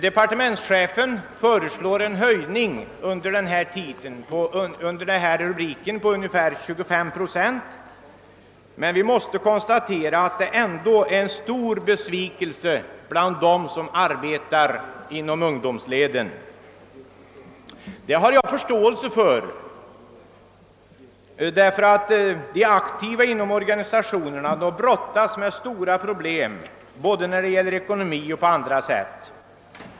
Departementschefen föreslår en höjning under denna rubrik med ungefär 25 procent, men jag måste konstatera att det ändå har uppstått stor besvikelse bland dem som arbetar inom ungdomsleden. Det har jag förståelse för. De aktiva inom organisationerna brottas med svåra problem av både ekonomisk och annan art.